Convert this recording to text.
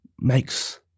makes